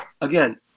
again